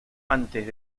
antes